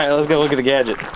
and let's go look at the gadget.